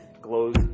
Glows